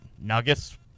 Nuggets